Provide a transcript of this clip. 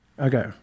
Okay